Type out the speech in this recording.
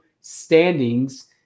standings